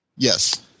Yes